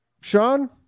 Sean